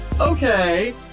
okay